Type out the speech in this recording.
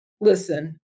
listen